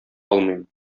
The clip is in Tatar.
алмыйм